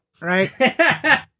right